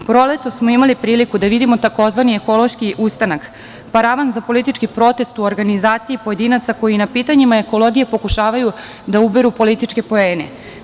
Proletos smo imali priliku da vidimo tzv. ekološki ustanak, paravan za politički protest u organizaciji pojedinaca koji na pitanjima ekologije pokušavaju da uberu političke poene.